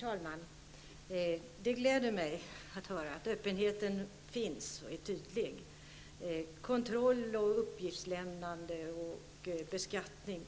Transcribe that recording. Herr talman! Det gläder mig att höra att öppenheten finns och är tydlig. Kontroll, uppgiftslämnande och beskattning